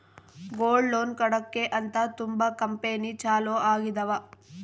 gold loan ಕೊಡಕ್ಕೆ ಅಂತ ತುಂಬಾ ಕಂಪೆನಿ ಚಾಲೂ ಆಗಿದಾವ